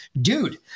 dude